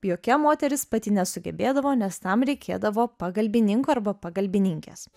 jokia moteris pati nesugebėdavo nes tam reikėdavo pagalbininko arba pagalbininkės